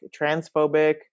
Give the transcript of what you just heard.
transphobic